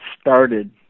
started